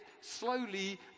slowly